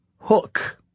Hook